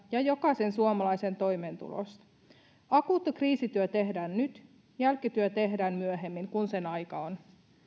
ja jokaisen suomalaisen toimeentulosta akuutti kriisityö tehdään nyt jälkityö tehdään myöhemmin kun sen aika on